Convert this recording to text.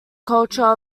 culture